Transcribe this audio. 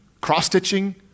cross-stitching